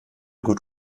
gut